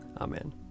Amen